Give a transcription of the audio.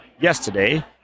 yesterday